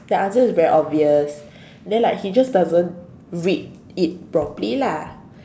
the answer is very obvious then like he just doesn't read it properly lah